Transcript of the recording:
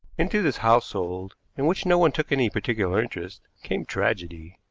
into this household, in which no one took any particular interest, came tragedy,